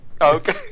Okay